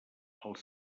els